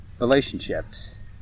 relationships